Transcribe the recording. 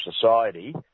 society